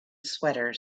sweater